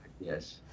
Yes